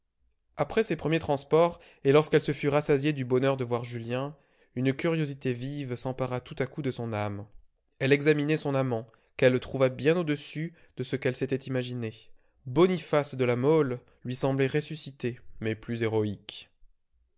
après ces premiers transports et lorsqu'elle se fut rassasiée du bonheur de voir julien une curiosité vive s'empara tout à coup de son âme elle examinait son amant qu'elle trouva bien au-dessus de ce qu'elle s'était imaginé boniface de la mole lui semblait ressuscité mais plus héroïque